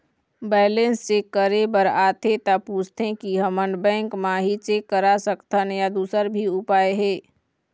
Balance check करे बर आथे ता पूछथें की हमन बैंक मा ही चेक करा सकथन या दुसर भी उपाय हे?